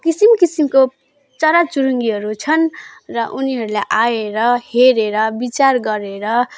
किसिम किसिमको चराचुरुङ्गीहरू छन् र उनीहरूलाई आएर हेरेर विचार गरेर